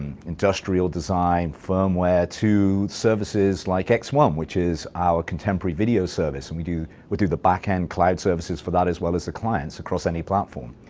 industrial design, firmware, to services like x one, which is our contemporary video service. and we do we do the back-end cloud services for that as well as the clients across any platform.